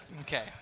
Okay